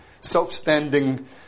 self-standing